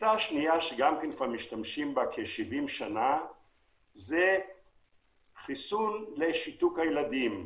שיטה שנייה שמשתמשים בה כבר כ-70 שנים משמשת לחיסון לשיתוק הילדים.